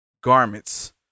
garments